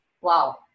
Wow